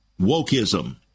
wokeism